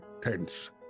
tense